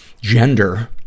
gender